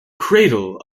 cradle